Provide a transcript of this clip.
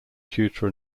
tutor